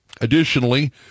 Additionally